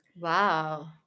Wow